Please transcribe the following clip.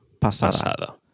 pasada